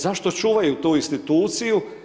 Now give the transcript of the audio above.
Zašto čuvaju tu instituciju?